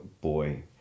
Boy